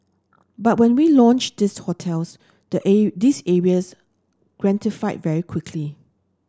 but when we launched these hotels the these areas gentrified very quickly